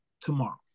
tomorrow